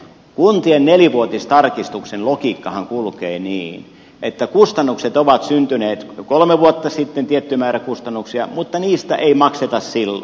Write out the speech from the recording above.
kuntien nelivuotistarkistuksen logiikkahan kulkee niin että kun kolme vuotta sitten on syntynyt tietty määrä kustannuksia niistä ei makseta silloin